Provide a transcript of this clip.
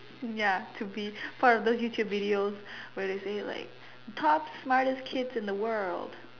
ya to be part of those YouTube videos where say like top smartest kids in the world